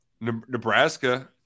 Nebraska